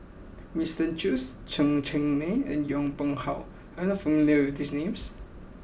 Winston Choos Chen Cheng Mei and Yong Pung How are you not familiar with these names